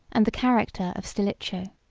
and the character of stilicho.